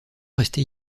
rester